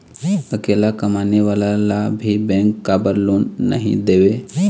अकेला कमाने वाला ला भी बैंक काबर लोन नहीं देवे?